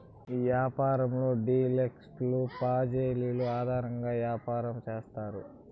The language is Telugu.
ఈ యాపారంలో డీలర్షిప్లు ప్రాంచేజీలు ఆధారంగా యాపారం చేత్తారు